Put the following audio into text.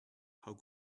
how